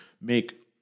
make